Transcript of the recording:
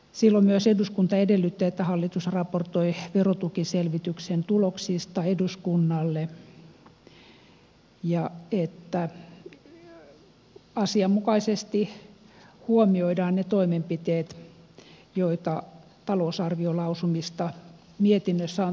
silloin myös eduskunta edellytti että hallitus raportoi verotukiselvityksen tuloksista eduskunnalle ja että asianmukaisesti huomioidaan ne toimenpiteet joita talousarviolausumista mietinnössä on todettu